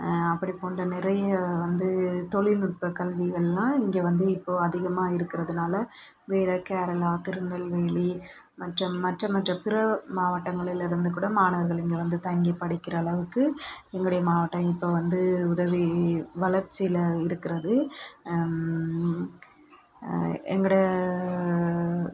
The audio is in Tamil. அப்படி போன்ற நிறைய வந்து தொழில்நுட்ப கல்விகளெலாம் இங்கே வந்து இப்போது அதிகமாக இருக்கிறதுனால வேறு கேரளா திருநெல்வேலி மற்ற மற்ற மற்ற பிற மாவட்டங்களில் இருந்து கூட மாணவர்கள் இங்கே வந்து தங்கி படிக்கிற அளவுக்கு எங்களுடைய மாவட்டம் இப்போ வந்து உதவி வளர்ச்சியில் இருக்கிறது எங்களோட